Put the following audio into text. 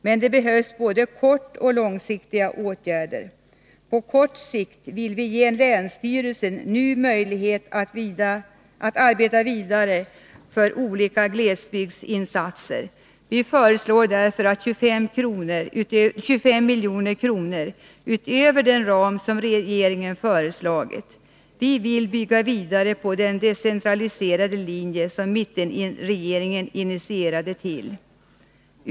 Men det behövs både kortoch långsiktiga åtgärder. På kort sikt vill vi nu ge länsstyrelsen möjlighet att arbeta vidare för olika glesbygdsinsatser. Därför föreslår vi 25 milj.kr. utöver den ram som regeringen föreslagit. Vi vill arbeta vidare på den decentralisering som mittenregeringen initierade.